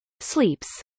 Sleeps